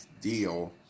deal